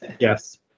Yes